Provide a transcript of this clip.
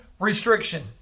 restriction